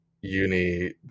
uni